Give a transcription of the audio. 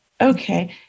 Okay